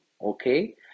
okay